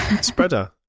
Spreader